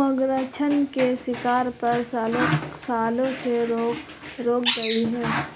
मगरनछ के शिकार पर, सालों से रोक लगाई गई है